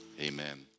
amen